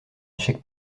échec